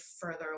further